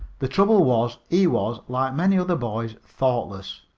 the trouble was he was, like many other boys, thoughtless.